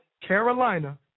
Carolina